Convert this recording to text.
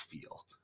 feel